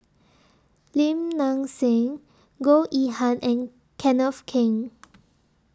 Lim Nang Seng Goh Yihan and Kenneth Keng